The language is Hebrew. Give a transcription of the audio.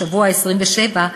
בשבוע ה-27,